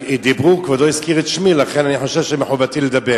כבודו הזכיר את שמי, לכן אני חושב שמחובתי לדבר.